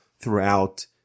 throughout